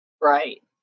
Right